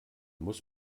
muss